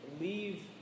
leave